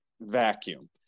vacuum